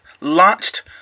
launched